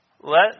Let